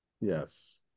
Yes